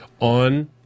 on